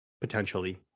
potentially